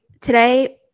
today